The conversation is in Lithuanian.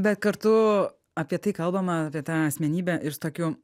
bet kartu apie tai kalbama apie tą asmenybę ir su tokiu